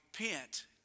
repent